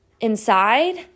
inside